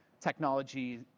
technology